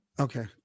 okay